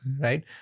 right